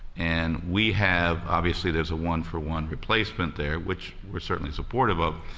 and we have, obviously there's a one for one replacement there, which we're certainly supportive of.